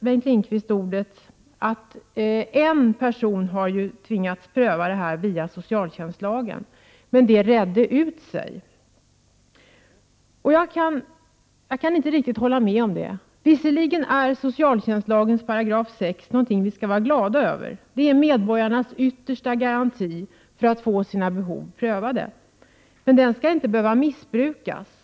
Bengt Lindqvist sade att det är för en person som man har tvingats göra en prövning via socialtjänstlagen men att det hela kunde redas ut. Jag kan dock inte riktigt hålla med Bengt Lindqvist om det. Visserligen är 6 § socialtjänstlagen någonting som vi skall vara glada över. Den är medborgarnas yttersta garanti för att få sina behov prövade. Men man skall inte behöva missbruka den paragrafen.